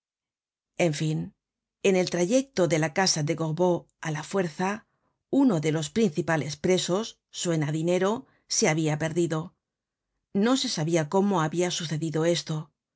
en fin en el trayecto de la casa de gorbeau á la fuerzi uno de los principales presos suena dinero se habia perdido no se sabia cómo habia sucedido esto